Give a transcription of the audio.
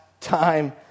time